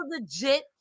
legit